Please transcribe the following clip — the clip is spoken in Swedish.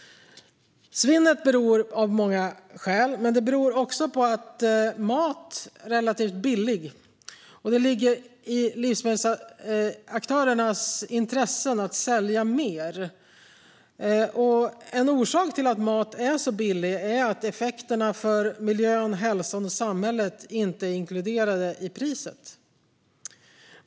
Skälen till svinnet är många, bland annat att mat är relativt billig och att det ligger i livsmedelsaktörernas intresse att sälja mer. En orsak till att mat är så billig är att effekterna för miljön, hälsan och samhället inte är inkluderade i priset.